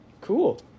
Cool